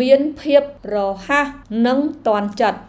មានភាពរហ័សនិងទាន់ចិត្ត។